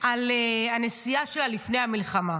על הנסיעה שלה לפני המלחמה.